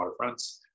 waterfronts